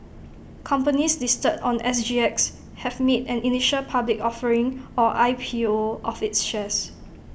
companies listed on S G X have made an initial public offering or I P O of its shares